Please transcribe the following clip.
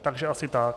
Takže asi tak.